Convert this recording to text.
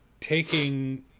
taking